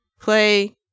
play